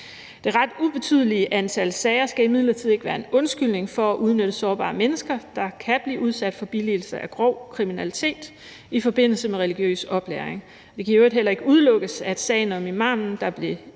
Det ret ubetydelige antal sager skal imidlertid ikke være en undskyldning for at udnytte sårbare mennesker, der kan blive udsat for billigelse af grov kriminalitet i forbindelse med religiøs oplæring. Det kan i øvrigt heller ikke udelukkes, at sagen om imamen, der blev idømt